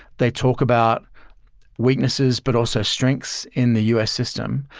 they talk about weaknesses but also strengths in the u s. system.